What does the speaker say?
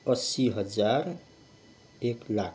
अस्सी हजार एक लाख